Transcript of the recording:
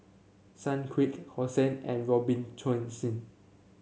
Sunquick Hosen and